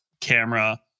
camera